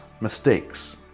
mistakes